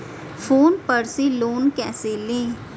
Phone पर से loan कैसे लें?